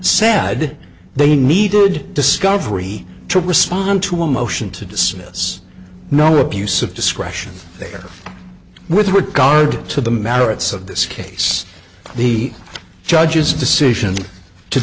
sad they needed discovery to respond to a motion to dismiss no abuse of discretion there with regard to the merits of this case the judge's decision to